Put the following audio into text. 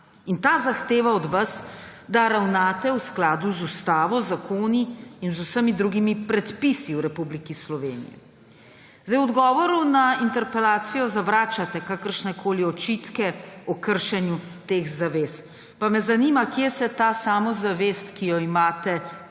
Ta zahteva od vas, da ravnate v skladu z ustavo, zakoni in z vsemi drugimi predpisi v Republiki Sloveniji. V odgovoru na interpelacijo zavračate kakršnekoli očitke o kršenju teh zavez. Pa me zanima, kje se ta samozavest, ki jo imate,